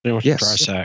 yes